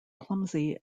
clumsy